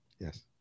yes